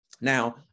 Now